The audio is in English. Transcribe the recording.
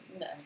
No